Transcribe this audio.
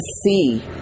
see